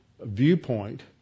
viewpoint